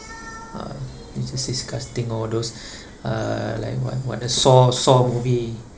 uh it's just disgusting all those uh like what what the saw saw movie